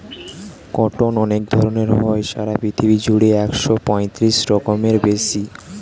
cotton অনেক ধরণ হয়, সারা পৃথিবী জুড়ে একশো পঁয়ত্রিশ রকমেরও বেশি